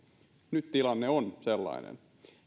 nyt tilanne on sellainen